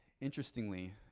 Interestingly